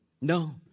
No